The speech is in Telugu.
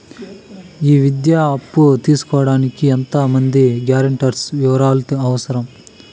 ఈ విద్యా అప్పు తీసుకోడానికి ఎంత మంది గ్యారంటర్స్ వివరాలు అవసరం?